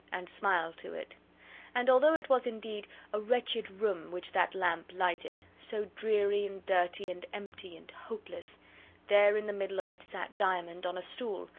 and smiled to it and although it was indeed a wretched room which that lamp lighted so dreary, and dirty, and empty, and hopeless there in the middle of it sat diamond on a stool,